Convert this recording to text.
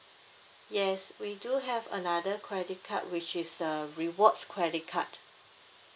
yes we do have another credit card which is a rewards credit card